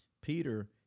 Peter